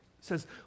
says